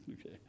Okay